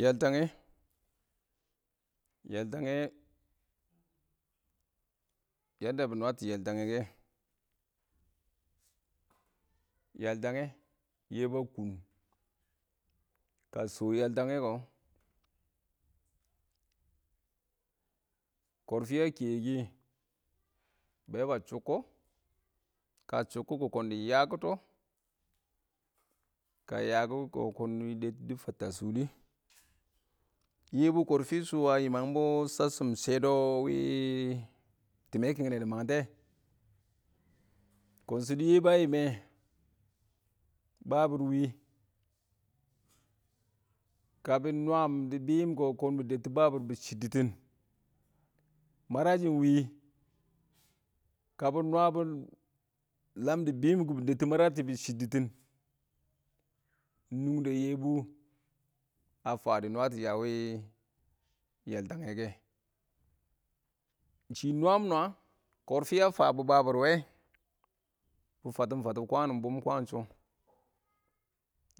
Yaltangɛ, yaltangɛ yadda bɪ nwaatʊ yaltangɛ kɛ, yaltangɛ, yebu a kʊn ka shɔ yaltangɛ kɔ, kɔrfɪ a kewɪ kɪ, be ba shʊkkɔ, ka shʊkkɔ kɔ. Kɔn dɪ yakɪtɔ, ka yakɔ kɔ kɔn dɪ dɛbtʊ dɪ fatta a shʊlɪ. Yebu kɔrfi shʊ a yɪmang bɔ shasshɪm shɛdɔ wɪ tɪmmɛ kɪngnɛ dɪ mangtɛ, kɔn shɪdo Yebu a yɪm mɛ, babɪr ɪng wɪ ka bɪ nwaam dɪ bɪɪm kɔ, kɔn bɪ dɛbtʊ babɪr bɪ chɪddɪtɪn, marashɪ ɪng wɪ ka bɪ nwaa lam shɪ a bɪɪm kɔ, bɪ dɛbtʊ marashɪ bɪ shɪddɪtɪn, ɪng nungde Yebu a fan dɪ nwaa tɔ a wɪ yaltangɛ kɛ. ɪng shɪ nwaam nwaa, kɔrfɪ wɪ a fabɔ babɪr wɛ, bɪ fatɪm fatɪm kwaan bʊm, kwaan shɔ